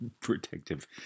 protective